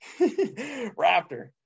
raptor